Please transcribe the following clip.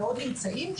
מאוד נמצאים שם,